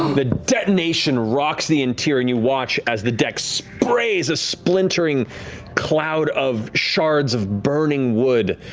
the detonation rocks the interior and you watch as the deck sprays a splintering cloud of shards of burning wood.